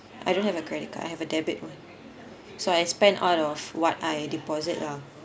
I don't have a credit card I have a debit orh so I spend out of what I deposit lah